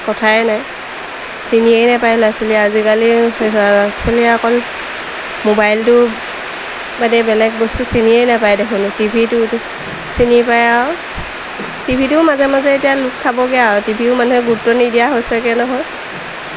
কথাই নাই চিনিয়েই নাপায় ল'ৰা ছোৱালীয়ে আজিকালি ল'ৰা ছোৱালীয়ে অকল মোবাইলটো বাদে বেলেগ বস্তু চিনিয়েই নাপায় দেখোন টিভি টো চিনি পায় আৰু টিভিটোও মাজে মাজে এতিয়া লুপ্ত খাবগৈ আৰু টিভিও মানুহে গুৰুত্ব নিদিয়া হৈছেগৈ নহয়